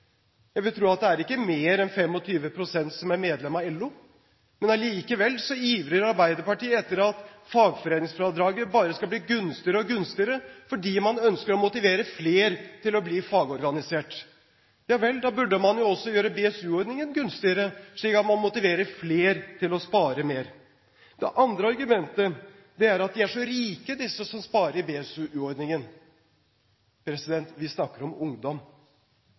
Jeg vil tro at det er ikke mer enn 25 pst. som er medlemmer av LO. Men allikevel ivrer Arbeiderpartiet etter at fagforeningsfradraget bare skal bli gunstigere og gunstigere, fordi man ønsker å motivere flere til å bli fagorganiserte. Ja vel, da burde man jo også gjøre BSU-ordningen gunstigere, slik at man motiverer flere til å spare mer. Det andre argumentet er at de er så rike disse som sparer i BSU-ordningen. Vi snakker om ungdom.